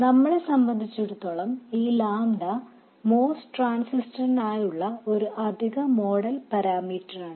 നമ്മളെ സംബന്ധിച്ചിടത്തോളം ഈ ലാംഡ MOS ട്രാൻസിസ്റ്ററിനായുള്ള ഒരു അഡീഷണൽ മോഡൽ പാരാമീറ്ററാണ്